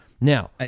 Now